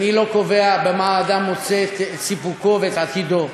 אני לא קובע במה אדם מוצא את סיפוקו ואת עתידו,